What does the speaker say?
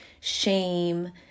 shame